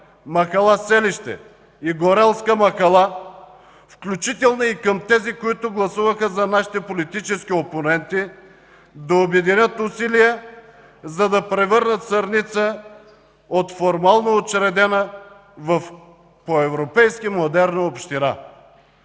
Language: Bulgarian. махала Селище и Горелска махала, включително и към тези, които гласуваха за нашите политически опоненти, да обединят усилия, за да превърнат Сърница от формално учредена в по европейски модерна община.